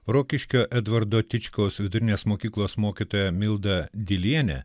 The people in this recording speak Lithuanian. rokiškio edvardo tičkaus vidurinės mokyklos mokytoja milda dilienė